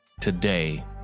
today